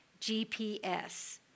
GPS